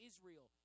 Israel